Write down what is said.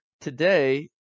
today